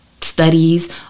studies